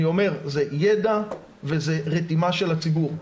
אני אומר, זה ידע, וזה רתימה של הציבור.